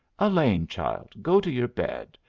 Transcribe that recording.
elaine, child, go to your bed.